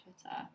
twitter